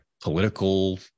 political